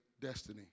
destiny